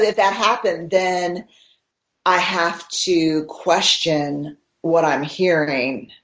that that happened, then i have to question what i'm hearing.